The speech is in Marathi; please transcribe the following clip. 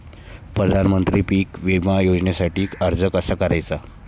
प्रधानमंत्री पीक विमा योजनेसाठी अर्ज कसा करायचा?